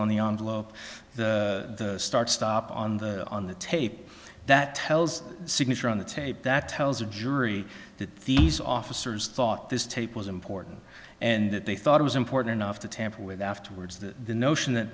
on the low the start stop on the on the tape that tells signature on the tape that tells the jury that these officers thought this tape was important and that they thought it was important enough to tamper with afterwards the notion that